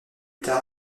tard